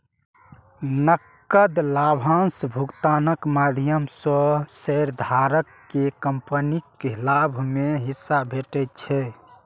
नकद लाभांश भुगतानक माध्यम सं शेयरधारक कें कंपनीक लाभ मे हिस्सा भेटै छै